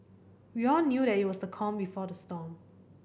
we all knew that it was the calm before the storm